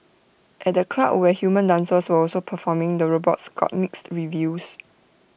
at the club where human dancers were also performing the robots got mixed reviews